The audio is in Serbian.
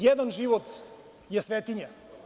Jedan život je svetinja.